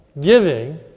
giving